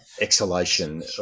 exhalation